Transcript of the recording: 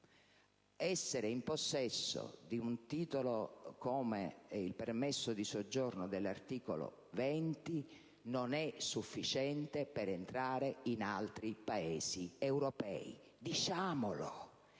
essere in possesso di un titolo come il permesso di soggiorno previsto dall'articolo 20 non è sufficiente per entrare in altri Paesi europei. Diciamolo!